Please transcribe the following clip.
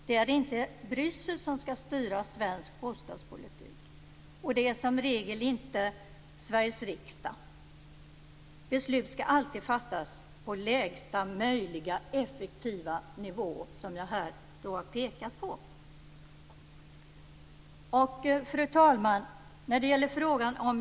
Det är inte Bryssel som skall styra svensk bostadspolitik och som regel inte Sveriges riksdag. Beslut skall alltid fattas på lägsta möjliga effektiva nivå, som jag här har pekat på. Fru talman!